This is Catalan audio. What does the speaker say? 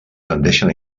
tendeixen